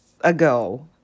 ago